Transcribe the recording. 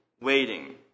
waiting